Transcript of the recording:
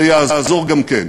זה יעזור גם כן.